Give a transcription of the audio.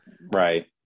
right